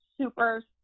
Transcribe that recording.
super